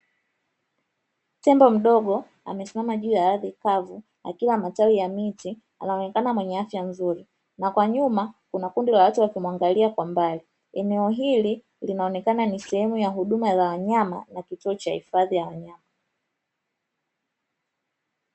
Tembo mdogo amesimama juu ya ardhi kavu akiwa na tawi ya miti anaonekana mwenye afya nzuri na kwa nyuma kuna kundi la watu wakimwangalia kwa mbali. Eneo hili linaonekana ni sehemu ya huduma ya wanayama na kituo cha hifadhi ya wanyama.